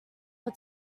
for